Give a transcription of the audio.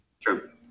True